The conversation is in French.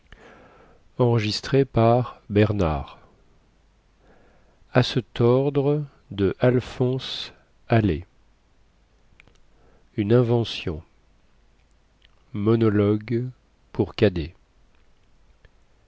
life une invention monologue pour cadet